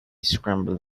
scramble